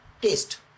Taste